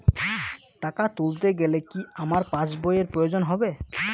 টাকা তুলতে গেলে কি আমার পাশ বইয়ের প্রয়োজন হবে?